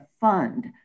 fund